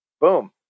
boom